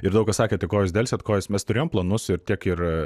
ir daug kas sakė tai ko jūs delsiat ko jūs mes turėjom planus ir tiek ir